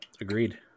agreed